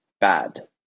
bad